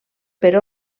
per